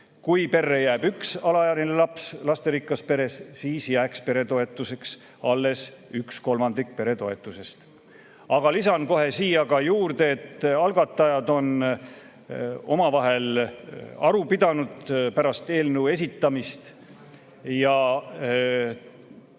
Kui perre jääb üks alaealine laps lasterikkas peres, siis jääks toetuseks alles üks kolmandik peretoetusest. Aga lisan kohe siia juurde, et algatajad on omavahel aru pidanud pärast eelnõu esitamist.